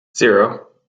zero